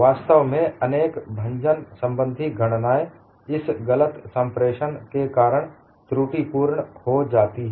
वास्तव में अनेक भंजन संबंधी गणनाएं इस गलत संप्रेषण के कारण त्रुटिपूर्ण हो जाती हैं